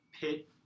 pit